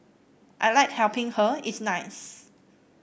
I like helping her it's nice